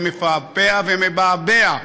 זה מפעפע ומבעבע,